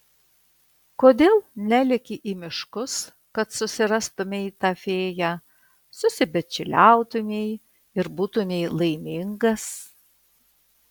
kodėl neleki į miškus kad susirastumei tą fėją susibičiuliautumei ir būtumei laimingas